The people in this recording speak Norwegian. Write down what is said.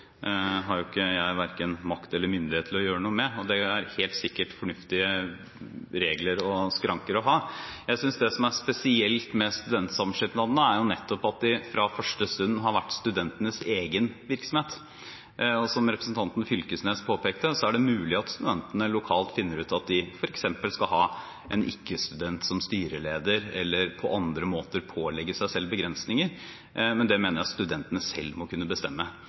verken makt eller myndighet til å gjøre noe med, og det er helt sikkert fornuftige regler og skranker å ha. Det som er spesielt med studentsamskipnadene, er nettopp at de fra første stund har vært studentenes egen virksomhet. Som representanten Knag Fylkesnes påpekte, er det mulig at studentene lokalt finner ut at de f.eks. skal ha en ikke-student som styreleder eller på andre måter pålegger seg selv begrensninger, men det mener jeg at studentene selv må kunne bestemme.